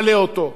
ועם כל הכאב,